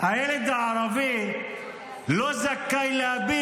הילד הערבי לא זכאי להביע